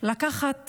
לקחת